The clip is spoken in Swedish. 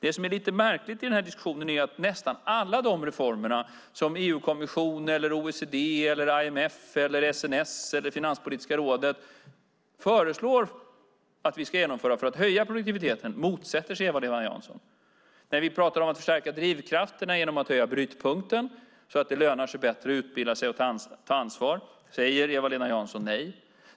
Det som är märkligt i diskussionen är att nästan alla reformer som EU-kommission, OECD, IMF, SNS eller Finanspolitiska rådet föreslår att vi ska genomföra för att höja produktiviteten motsätter sig Eva-Lena Jansson. När vi pratar om att förstärka drivkrafterna genom att höja brytpunkten, så att det lönar sig bättre att utbilda sig och ta ansvar, säger Eva-Lena Jansson nej.